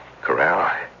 Corral